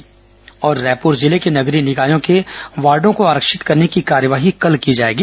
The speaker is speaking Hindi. रायपुर जिले के नगरीय निकायों के वार्डों को आरक्षित करने की कार्यवाही कल की जाएगी